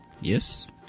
yes